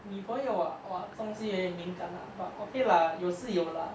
女朋友 ah !wah! 这东西有点敏感 lah but okay lah 有是有 lah